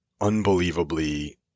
unbelievably